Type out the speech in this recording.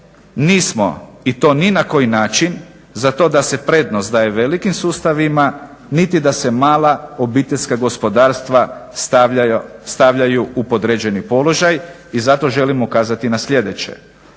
nismo i to ni na koji način za to da se prednost daje velikim sustavima, niti da se mala obiteljska gospodarstva stavljaju u podređeni položaj i zato želimo ukazati na sljedeće.